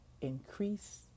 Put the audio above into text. Increase